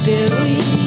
Billy